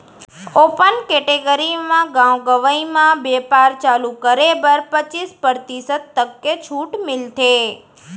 open category म गाँव गंवई म बेपार चालू करे बर पचीस परतिसत तक के छूट मिलथे